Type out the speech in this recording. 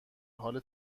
حال